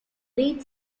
lead